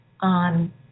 on